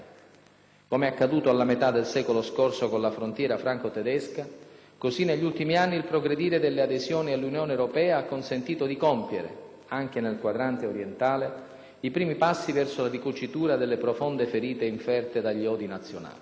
Come è accaduto alla metà del secolo scorso con la frontiera franco-tedesca, così negli ultimi anni il progredire delle adesioni all'Unione europea ha consentito di compiere, anche nel quadrante orientale, i primi passi verso la ricucitura delle profonde ferite inferte dagli odi nazionali.